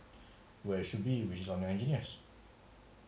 where should be which on the engineers